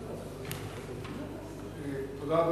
תודה.